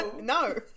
No